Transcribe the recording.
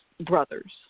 brothers